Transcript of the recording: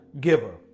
giver